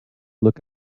look